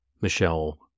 Michelle